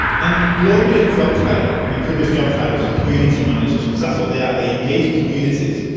and gloiria job title and kuba job titles are community managers, because that's what they are, they engage communities,